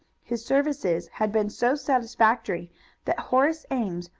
his services had been so satisfactory that horace ames,